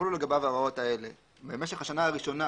יחולו לגביו ההוראות האלה במשך השנה הראשונה